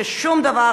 ששום דבר,